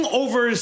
over